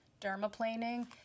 dermaplaning